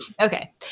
Okay